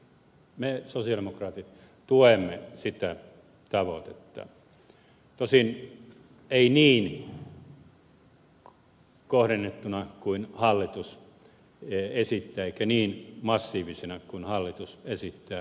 me sosialidemokraatit tuemme sitä tavoitetta tosin emme niin kohdennettuna kuin hallitus esittää emmekä niin massiivisina kuin hallitus esittää